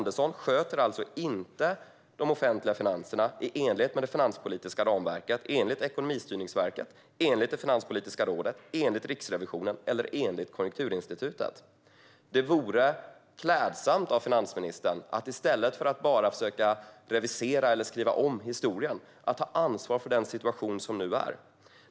Enligt Ekonomistyrningsverket, Finanspolitiska rådet, Riksrevisionen och Konjunkturinstitutet sköter inte Magdalena Andersson de offentliga finanserna i enlighet med det finanspolitiska ramverket. Det vore klädsamt av finansministern att i stället för att bara försöka revidera eller skriva om historien ta ansvar för den situation som nu råder.